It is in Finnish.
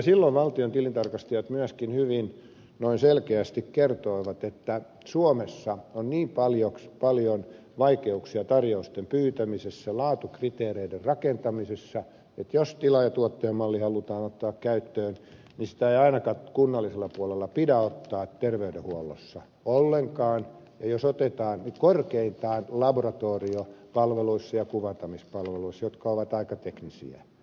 silloin valtion tilintarkastajat myöskin hyvin selkeästi kertoivat että suomessa on niin paljon vaikeuksia tarjousten pyytämisessä laatukriteereiden rakentamisessa että jos tilaajatuottaja malli halutaan ottaa käyttöön niin sitä ei ainakaan kunnallisella puolella pidä ottaa käyttöön terveydenhuollossa ollenkaan ja jos otetaan niin korkeintaan laboratoriopalveluissa ja kuvantamispalveluissa jotka ovat aika teknisiä